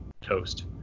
toast